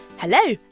Hello